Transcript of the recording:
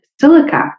silica